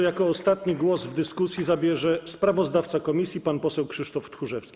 Jako ostatni głos w dyskusji zabierze sprawozdawca komisji pan poseł Krzysztof Tchórzewski.